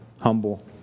humble